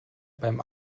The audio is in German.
beim